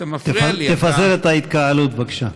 תפזר את ההתקהלות, בבקשה.